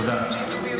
תודה.